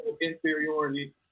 inferiority